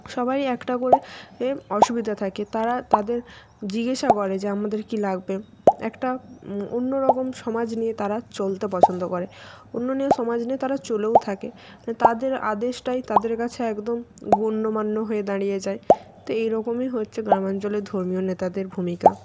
সবাই একটা করে এ অসুবিধা থাকে তারা তাদের জিজ্ঞাসা করে যে আমাদের কী লাগবে একটা অন্যরকম সমাজ নিয়ে তারা চলতে পছন্দ করে উন্ননীয় সমাজ নিয়ে তারা চলেও থাকে তাদের আদেশটাই তাদের কাছে একদম গণ্যমান্য হয়ে দাঁড়িয়ে যায় তো এই রকমই হচ্ছে গ্রাম অঞ্চলে ধর্মীয় নেতাদের ভূমিকা